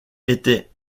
était